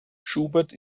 schubert